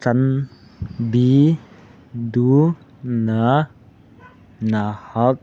ꯆꯥꯟꯕꯤꯗꯨꯅ ꯅꯍꯥꯛ